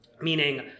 meaning